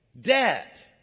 debt